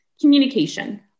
Communication